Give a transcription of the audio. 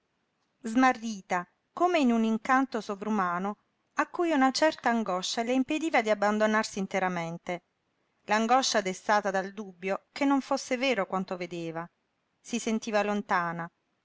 smarrita come in un incanto sovrumano a cui una certa angoscia le impediva di abbandonarsi interamente l'angoscia destata dal dubbio che non fosse vero quanto vedeva si sentiva lontana